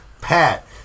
Pat